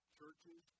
churches